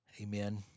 amen